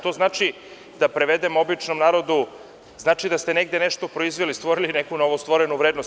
To znači, da prevedem običnom narodu, znači da ste negde nešto proizveli, stvorili neku novostvorenu vrednost.